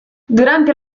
durante